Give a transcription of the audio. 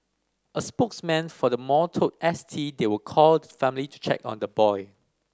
a spokesman for the mall told S T they will call the family to check on the boy